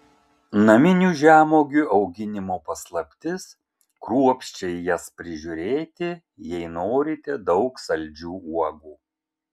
naminių žemuogių auginimo paslaptis kruopščiai jas prižiūrėti jei norite daug saldžių uogų